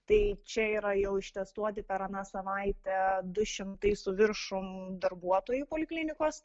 tai čia yra jau ištestuoti per aną savaitę du šimtai su viršum darbuotojų poliklinikos